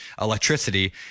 electricity